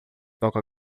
toca